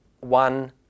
one